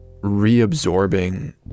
reabsorbing